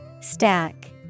Stack